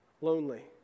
lonely